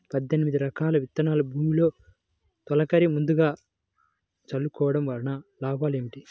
పద్దెనిమిది రకాల విత్తనాలు భూమిలో తొలకరి ముందుగా చల్లుకోవటం వలన లాభాలు ఏమిటి?